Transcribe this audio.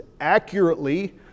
accurately